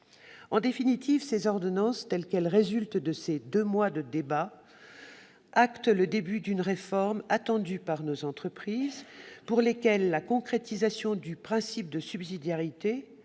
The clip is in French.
En définitive, ces ordonnances, telles qu'elles résultent de ces deux mois de débat, actent le début d'une réforme attendue par nos entreprises, pour lesquelles la consécration du principe de subsidiarité,